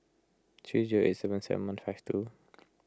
three zero eight seven seven two